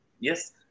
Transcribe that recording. Yes